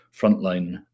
frontline